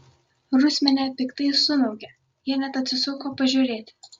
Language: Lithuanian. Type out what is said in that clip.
rusmenė piktai sumiaukė jie net atsisuko pažiūrėti